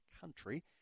country